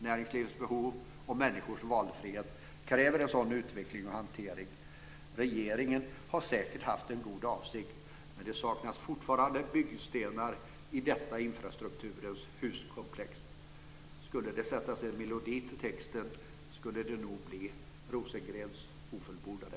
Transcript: Näringslivets behov och människors valfrihet kräver en sådan utveckling och hantering. Regeringen har säkert haft en god avsikt, men det saknas fortfarande byggstenar i detta infrastrukturens huskomplex. Skulle det sättas en melodi till texten skulle det nog bli "Rosengrens ofullbordade".